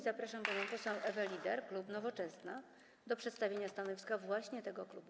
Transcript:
Zapraszam panią poseł Ewę Lieder, klub Nowoczesna, do przedstawienia stanowiska właśnie tego klubu.